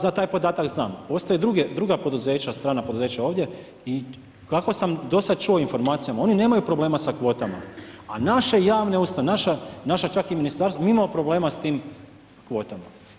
Za taj podatak znam, postoje druga poduzeća, strana poduzeća ovdje i kako sam do sad čuo informaciju, oni nemaju problema sa kvotama, a naše javne ustanove, naša čak i ministarstva, mi imamo problema sa tim kvotama.